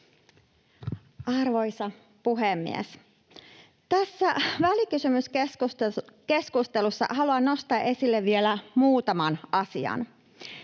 Arvoisa puhemies! Tässä välikysymyskeskustelussa haluan nostaa esille vielä muutaman asian.